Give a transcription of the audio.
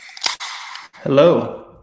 Hello